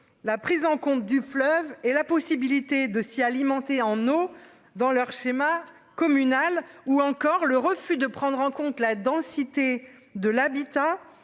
la prise en compte du fleuve et la possibilité de s'y alimenter en eau dans leur schéma communal ou encore le refus de prendre en compte la densité de l'habitat